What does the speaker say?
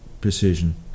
precision